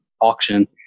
auction